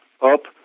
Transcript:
up